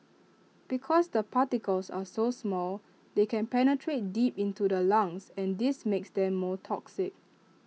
because the particles are so small they can penetrate deep into the lungs and this makes them more toxic